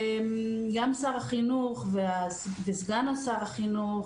גם שר החינוך וסגן שר החינוך,